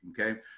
okay